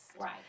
Right